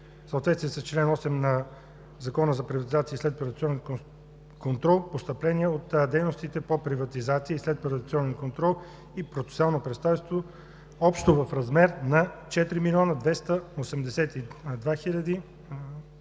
съответствие с чл. 8 на Закона за приватизация и следприватизационен контрол от дейностите по приватизация и следприватизационен контрол, и процесуалното представителство – общо в размер на 4 млн. 282 хил.